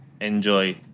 enjoy